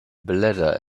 bladder